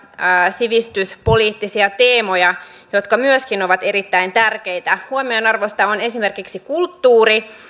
sivistyspoliittisia teemoja jotka myöskin ovat erittäin tärkeitä huomionarvoista on esimerkiksi kulttuuri